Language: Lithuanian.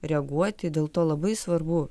reaguoti dėl to labai svarbu